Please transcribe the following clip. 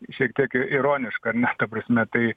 šiek tiek ironiška ar ne ta prasme tai